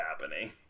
happening